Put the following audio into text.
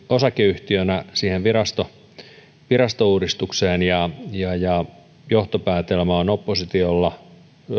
osakeyhtiönä siihen virastouudistukseen ja ja johtopäätelmä on oppositiolla